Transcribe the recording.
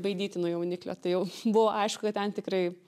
baidyti nuo jauniklio tai jau buvo aišku kad ten tikrai